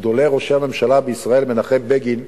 מגדולי ראשי הממשלה בישראל, מנחם בגין,